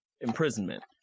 imprisonment